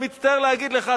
אני מצטער להגיד לך,